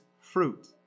fruit